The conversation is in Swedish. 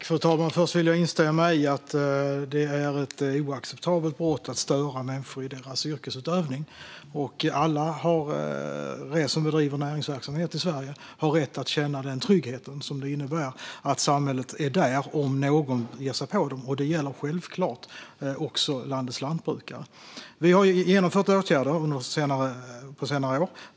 Fru talman! Först vill jag instämma i att det är ett oacceptabelt brott att störa människor i deras yrkesutövning. Alla som driver näringsverksamhet i Sverige har rätt att känna den trygghet det innebär att samhället är där om någon ger sig på dem. Detta gäller självklart även landets lantbrukare. Vi har vidtagit åtgärder på senare år.